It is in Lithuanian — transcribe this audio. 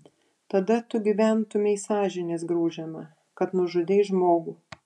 tada tu gyventumei sąžinės graužiama kad nužudei žmogų